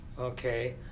okay